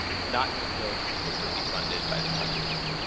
not just those explicitly funded by the partnership.